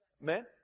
men